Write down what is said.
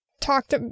talked